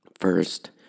First